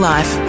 Life